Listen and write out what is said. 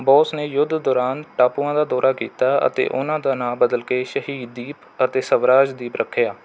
ਬੋਸ ਨੇ ਯੁੱਧ ਦੌਰਾਨ ਟਾਪੂਆਂ ਦਾ ਦੌਰਾ ਕੀਤਾ ਅਤੇ ਉਨ੍ਹਾਂ ਦਾ ਨਾਂ ਬਦਲ ਕੇ ਸ਼ਹੀਦ ਦੀਪ ਅਤੇ ਸਵਰਾਜ ਦੀਪ ਰੱਖਿਆ